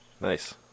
nice